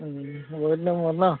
বহুত দিনৰ মূৰত ন